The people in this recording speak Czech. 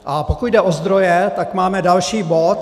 A pokud jde o zdroje, tak máme další bod.